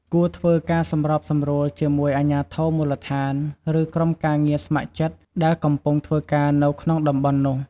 គួរធ្វើការសម្របសម្រួលជាមួយ អាជ្ញាធរមូលដ្ឋាន ឬក្រុមការងារស្ម័គ្រចិត្ត ដែលកំពុងធ្វើការនៅក្នុងតំបន់នោះ។